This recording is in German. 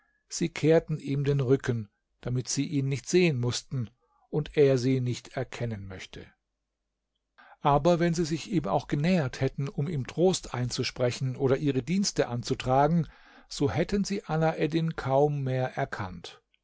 sie kehrten ihm den rücken damit sie ihn nicht sehen mußten und er sie nicht erkennen möchte aber wenn sie sich ihm auch genähert hätten um ihm trost einzusprechen oder ihre dienste anzutragen so hätten sie alaeddin kaum mehr erkannt